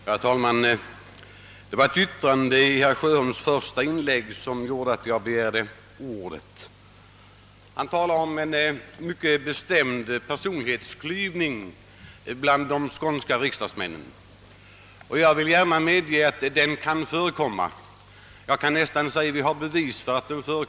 Herr talman! Ett yttrande i herr Sjöholms första inlägg har föranlett mig att begära ordet. Han talade om en mycket bestämd personlighetsklyvning bland de skånska riksdagsmännen, och jag vill gärna medge att en sådan kan förekomma; vi har nästan bevis för det.